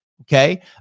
okay